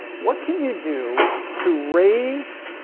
what can you do to raise